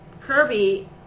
Kirby